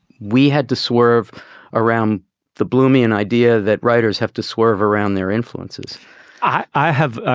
we had to swerve around the bloomy, an idea that writers have to swerve around their influences i have.